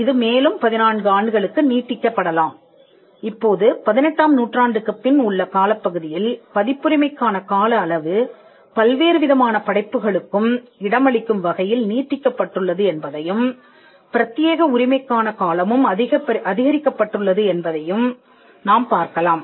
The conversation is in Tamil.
இது மேலும் 14 ஆண்டுகளுக்கு நீட்டிக்கப் படலாம் இப்போது பதினெட்டாம் நூற்றாண்டுக்குப் பின் உள்ள காலப்பகுதியில் பதிப்புரிமைக்கான கால அளவு பல்வேறுவிதமான படைப்புகளுக்கும் இடமளிக்கும் வகையில் நீட்டிக்கப்பட்டுள்ளது என்பதையும் பிரத்தியேக உரிமைக்கான காலமும் அதிகரிக்கப்பட்டுள்ளது என்பதை க்யும் நாம் பார்க்கலாம்